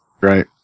Right